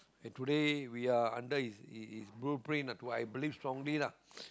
today we are under his his his blueprint who I believe strongly lah